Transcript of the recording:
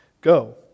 Go